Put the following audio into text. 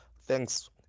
thanks